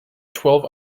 twelve